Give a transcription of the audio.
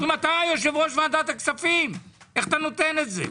אם אתה יושב-ראש ועדת הכספים, איך אתה נותן את זה?